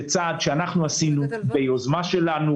זה צעד שאנחנו עשינו ביוזמה שלנו,